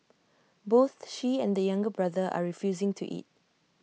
both she and the younger brother are refusing to eat